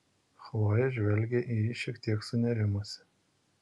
chlojė žvelgė į jį šiek tiek sunerimusi